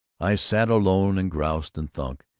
i sat alone and groused and thunk,